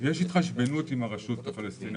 יש התחשבנות עם הרש"פ.